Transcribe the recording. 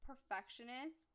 perfectionist